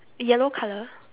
yellow colour